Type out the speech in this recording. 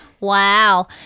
Wow